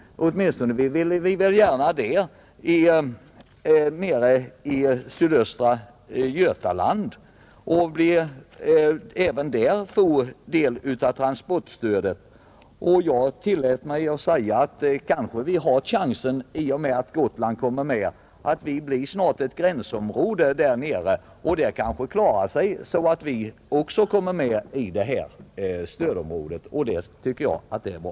Åtminstone vill vi gärna ha det i sydöstra Götaland, så att vi även där får del av transportstödet. Jag tillät mig säga att vi kanske har chansen i och med att Gotland kommer med, Vår landsända blir snart ett gränsområde, och så småningom kanske det också kommer med i stödområdet, vilket jag tycker vore bra.